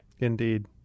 Indeed